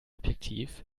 objektiv